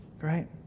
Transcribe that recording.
right